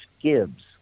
Gibbs